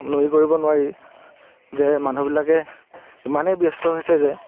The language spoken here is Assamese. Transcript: নুই কৰিব নোৱাৰি যে মানুহবিলাকে ইমানেই ব্যস্ত হৈছে যে